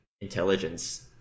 intelligence